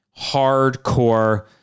hardcore